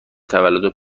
تولد